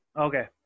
Okay